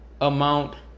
amount